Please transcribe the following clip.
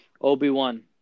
Obi-Wan